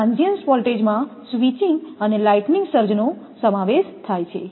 transient વોલ્ટેજમાં switching અને lighting સર્જનો સમાવેશ થાય છે